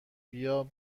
بیا